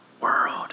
world